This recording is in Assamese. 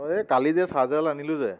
এই কালি যে চাৰ্জাৰ আনিলো যে